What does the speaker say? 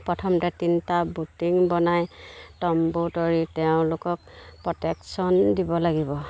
প্ৰথমতে তিনিটা বনাই তম্বু তৰি তেওঁলোকক প্ৰটেক্যন দিব লাগিব